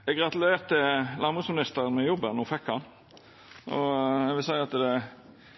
Eg gratulerte landbruksministeren med jobben då ho fekk han, og eg vil seia at det er